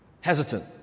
hesitant